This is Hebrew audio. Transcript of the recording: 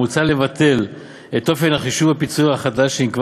מוצע לבטל את אופן חישוב הפיצויים החדש שנקבע